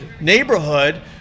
neighborhood